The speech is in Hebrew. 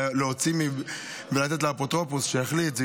להוציא ולתת לאפוטרופוס שיחליט,